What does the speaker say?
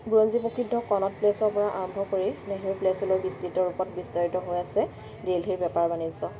বুৰঞ্জী প্ৰসিদ্ধ কণড প্লেছৰ পৰা আৰম্ভ কৰি নেহেৰু প্লেছলৈ বিস্তৃত ৰূপত বিস্তাৰিত হৈ আছে দেলহীৰ বেপাৰ বাণিজ্য